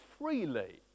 freely